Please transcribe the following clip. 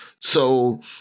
So-